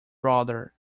brother